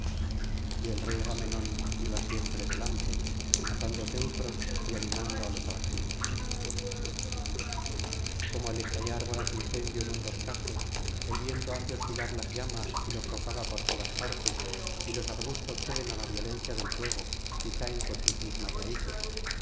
y el rey agamenón iba siempre adelante matando teucros y animando á los argivos como al estallar voraz incendio en un boscaje el viento hace oscilar las llamas y lo propaga por todas partes y los arbustos ceden á la violencia del fuego y caen con sus mismas raíces